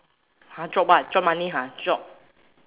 !huh! drop what drop money ha drop